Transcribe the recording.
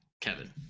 kevin